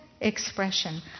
expression